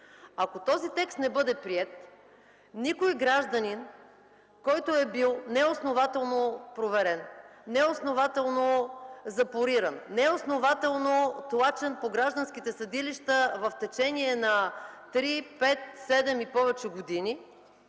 Ако този текст не бъде приет, никой гражданин, който е бил неоснователно проверен, неоснователно запориран, неоснователно тлачен по гражданските съдилища в течение на 3, 5, 7 и повече години,